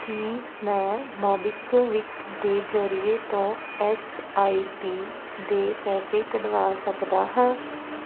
ਕੀ ਮੈਂ ਮੋਬੀਕਵਿਕ ਦੇ ਜਰੀਏ ਤੋਂ ਐੱਸ ਆਈ ਪੀ ਦੇ ਪੈਸੇ ਕਢਵਾ ਸਕਦਾ ਹਾਂ